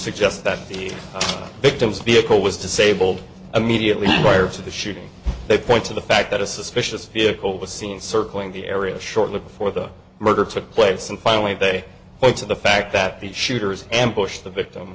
suggests that the victim's vehicle was disabled immediately prior to the shooting they point to the fact that a suspicious vehicle was seen circling the area shortly before the murder took place and finally they go to the fact that the shooters ambushed the victim